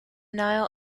nile